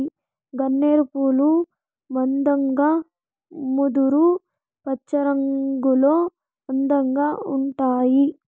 గన్నేరు పూలు మందంగా ముదురు పచ్చరంగులో అందంగా ఉంటాయి